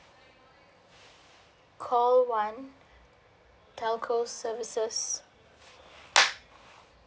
call one telco services